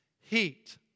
heat